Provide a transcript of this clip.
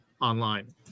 online